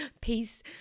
Peace